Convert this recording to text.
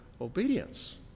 obedience